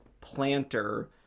planter